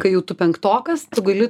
kai jau tu penktokas tu gali